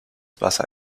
wasser